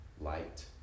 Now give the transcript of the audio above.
light